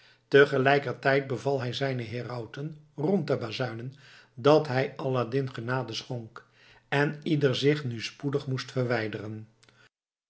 tegelijkertijd beval hij zijnen herauten rond te bazuinen dat hij aladdin genade schonk en ieder zich nu spoedig moest verwijderen